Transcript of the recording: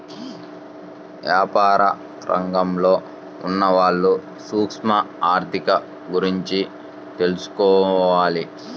యాపార రంగంలో ఉన్నవాళ్ళు సూక్ష్మ ఆర్ధిక గురించి తెలుసుకోవాలి